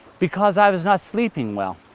because i was not sleeping well.